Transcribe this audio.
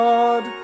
God